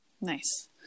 Nice